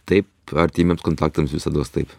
taip artimiems kontaktams visados taip